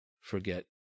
forget